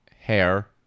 Hair